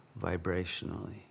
vibrationally